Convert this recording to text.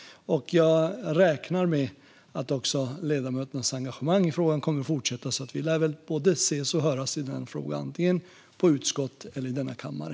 Jag räknar med att också ledamöternas engagemang i frågan kommer att fortsätta, så vi lär väl både ses och höras i denna fråga, antingen i utskott eller i denna kammare.